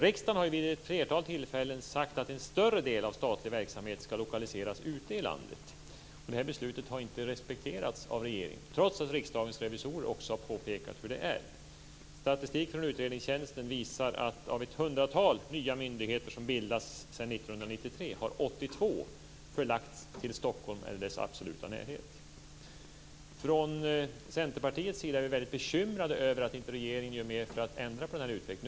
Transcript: Riksdagen har vid ett flertal tillfällen sagt att en större del av statlig verksamhet ska lokaliseras ute i landet. Det beslutet har inte respekterats av regeringen, trots att Riksdagens revisorer också har påpekat hur det är. Statistik från utredningstjänsten visar att av ett hundratal nya myndigheter som bildats sedan 1993 har 82 förlagts till Stockholm eller dess absoluta närhet. Från Centerpartiets sida är vi väldigt bekymrade över att inte regeringen gör mer för att ändra på utvecklingen.